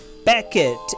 Beckett